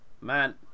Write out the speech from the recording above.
Man